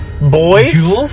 boys